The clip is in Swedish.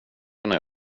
kunna